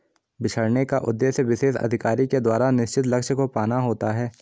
बिछड़ने का उद्देश्य विशेष अधिकारी के द्वारा निश्चित लक्ष्य को पाना होता है